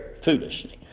foolishly